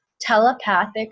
telepathic